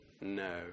No